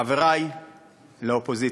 חברי מהאופוזיציה,